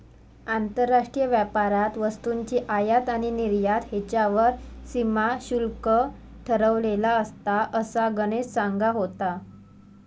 आंतरराष्ट्रीय व्यापारात वस्तूंची आयात आणि निर्यात ह्येच्यावर सीमा शुल्क ठरवलेला असता, असा गणेश सांगा होतो